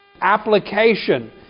application